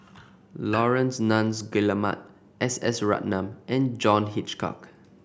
Laurence Nunns Guillemard S S Ratnam and John Hitchcock